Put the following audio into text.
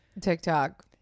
TikTok